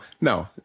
no